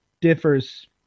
differs